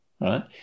right